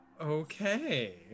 Okay